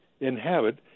inhabit